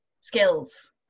skills